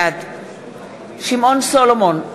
בעד שמעון סולומון,